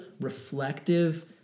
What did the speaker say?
reflective